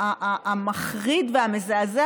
המחריד והמזעזע,